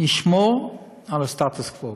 ישמור על הסטטוס-קוו.